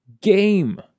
game